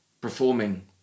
performing